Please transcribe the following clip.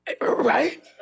right